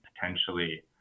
potentially